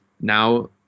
now